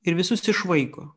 ir visus išvaiko